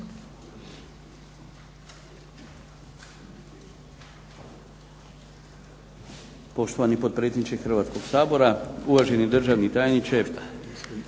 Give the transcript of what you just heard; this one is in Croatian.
Poštovani potpredsjedniče Hrvatskoga sabora, uvaženi državni tajniče,